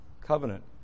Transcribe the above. covenant